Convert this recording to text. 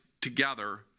Together